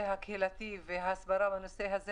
בנושא הקהילתי ועשינו הסברה בנושא הזה,